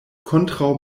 kontraŭ